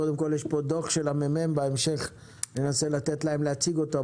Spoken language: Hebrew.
קודם כל יש פה דו"ח של הממ"מ ובהמשך ננסה לתת להם להציג אותו.